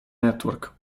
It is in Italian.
network